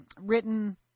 written